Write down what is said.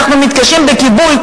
אנחנו מתקשים בכיבוי,